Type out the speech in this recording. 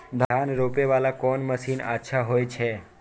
धान रोपे वाला कोन मशीन अच्छा होय छे?